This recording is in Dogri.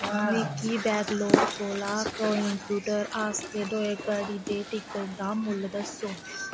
मिगी बैंगलोर कोला कोयंबटूर आस्तै रेलगड्डी दे टिकट दा मुल्ल दस्सो